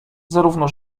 zarówno